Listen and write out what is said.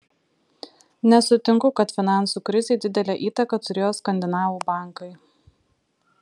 nesutinku kad finansų krizei didelę įtaką turėjo skandinavų bankai